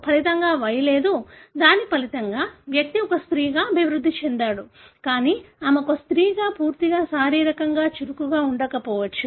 ఫలితంగా Y లేదు దాని ఫలితంగా వ్యక్తి ఒక స్త్రీలాగా అభివృద్ధి చెందాడు కానీ ఆమె ఒక స్త్రీగా పూర్తిగా శారీరకంగా చురుకుగా ఉండకపోవచ్చు